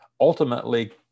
ultimately